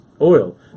oil